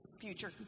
future